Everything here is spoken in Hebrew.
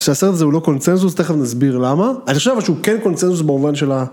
כשהסרט הזה הוא לא קונצנזוס, תכף נסביר למה. אני חושב אבל שהוא כן קונצנזוס במובן של ה...